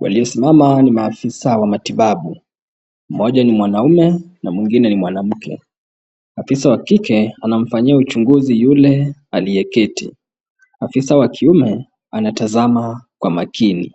Waliosimama ni maafisa wa matibabu. Mmoja ni mwanaume na mwingine ni mwanamke. Afisa wa kike anamfanyia uchunguzi yule aliyeketi. Afisa wa kiume anatazama kwa makini.